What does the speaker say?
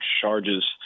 charges